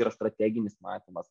yra strateginis matymas